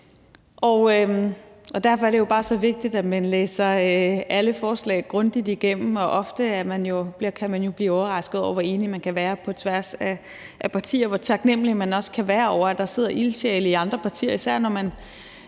derfor er det jo bare så vigtigt, at man læser alle forslag grundigt igennem. Ofte kan man jo blive overrasket over, hvor enige man kan være på tværs af partier, og hvor taknemlig man også kan være over, at der sidder ildsjæle i andre partier,